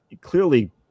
clearly